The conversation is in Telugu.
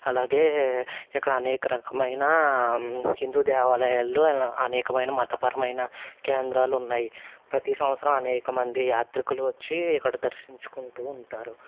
అలాగే ఇక్కడ అనేక రకమైన హిందూ దేవాలయాల్లో అనేకమైన మతపరమైన కేంద్రాలు ఉన్నాయి ప్రతీ సంవత్సరం అనేకమంది యాత్రికులు వచ్చి ఇక్కడ దర్శించుకుంటూ ఉంటారు